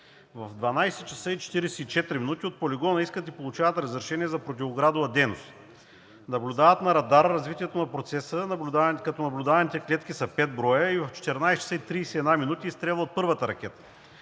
В 12,44 ч. от полигона искат и получават разрешение за противоградова дейност, наблюдават на радар развитието на процеса, като наблюдаваните клетки са 5 броя и в 14,31 ч. изстрелват първата ракета.